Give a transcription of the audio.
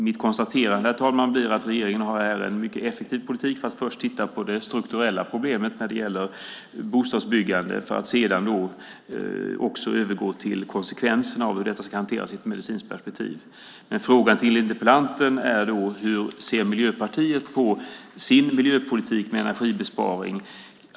Mitt konstaterande, herr talman, blir att regeringen här har en mycket effektiv politik för att först titta på det strukturella problemet när det gäller bostadsbyggandet och sedan övergå till konsekvenserna av hur detta ska hanteras i ett medicinskt perspektiv. Min fråga till interpellanten är: Hur ser Miljöpartiet på sin miljöpolitik med energibesparingar?